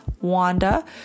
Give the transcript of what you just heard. Wanda